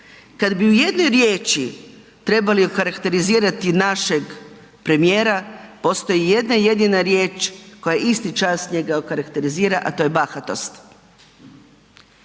Kad bi u jednom riječi trebali okarakterizirati našeg premijera postoji jedna jedina riječ koja isti čas njega okarakterizira, a to je bahatost.